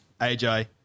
AJ